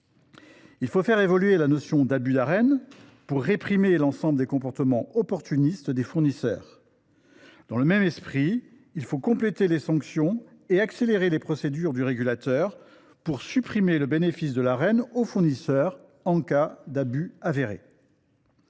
Il faut faire évoluer la notion d’abus d’Arenh pour réprimer l’ensemble des comportements opportunistes des fournisseurs. Dans le même esprit, il faut compléter les sanctions et accélérer les procédures du régulateur pour priver du bénéfice de l’Arenh les fournisseurs coupables d’abus avérés.